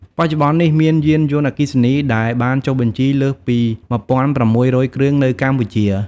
បច្ចុប្បន្ននេះ មានយានយន្តអគ្គិសនីដែលបានចុះបញ្ជីលើសពី ១,៦០០គ្រឿងនៅកម្ពុជា។